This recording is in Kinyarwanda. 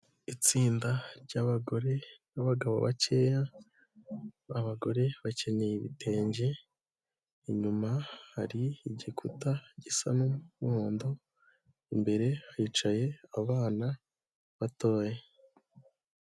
Itsinda ry.abagore n'abagabo bakeya, abagore bakeneye ibitenge, inyuma hari igikuta gisa nk'umuhondo, imbere hicaye abana batoya.